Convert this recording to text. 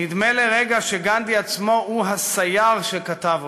נדמה לרגע שגנדי עצמו הוא הסייר שכתב אותם,